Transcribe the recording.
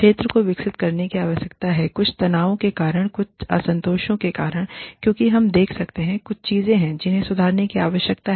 क्षेत्र को विकसित करने की आवश्यकता है कुछ तनावों के कारण कुछ असंतोषों के कारण क्योंकि हम देख सकते हैं कुछ चीजें हैं जिन्हें सुधारने की आवश्यकता है